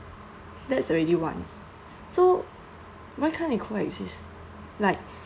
that's already one so why can't they coexist like